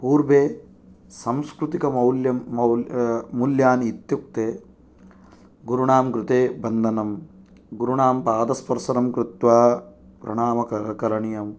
पूर्वे सांस्कृतिक मौल्यं मूल्यानि इत्युक्ते गुरूणां कृते वन्दनं गुरूणां पाद स्पर्शनं कृत्वा प्रणाम करणीयं